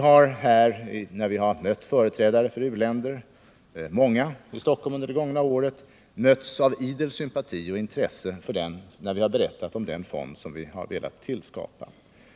När vi har mött företrädare för u-länder — och det är rätt många — i Stockholm under det gångna året har den fond som vi har velat tillskapa mötts av idel sympati och intresse när vi har berättat om den.